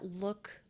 look